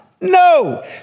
No